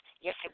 Yes